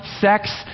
sex